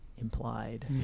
Implied